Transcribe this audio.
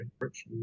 Rich